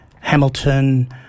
Hamilton